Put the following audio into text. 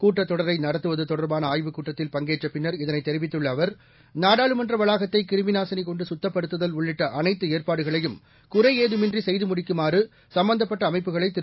கூட்டத் தொடரை நடத்துவது தொடர்பான ஆய்வுக் கூட்டத்தில் பங்கேற்ற பின்னர் இதனை தெரிவித்துள்ள அவர் நாடாளுமன்ற வளாகத்தை கிருமி நாசினி கொண்டு குத்தப்படுத்துதல் உள்ளிட்ட அனைத்து ஏற்பாடுகளையும் குறை ஏதமின்றி செய்து முடிக்குமாறு சம்பந்தப்பட்ட அமைப்புகளை திரு